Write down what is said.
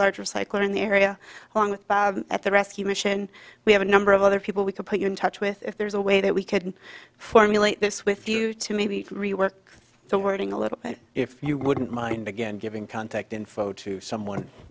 large recycler in the area along with at the rescue mission we have a number of other people we could put you in touch with if there's a way that we could formulate this with you to maybe rework the wording a little bit if you wouldn't mind again giving contact info to someone